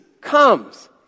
comes